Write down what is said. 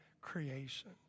creation